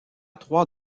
trois